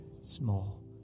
small